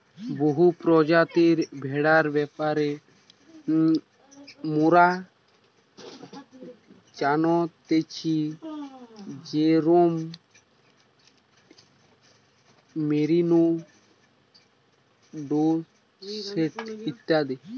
বহু প্রজাতির ভেড়ার ব্যাপারে মোরা জানতেছি যেরোম মেরিনো, ডোরসেট ইত্যাদি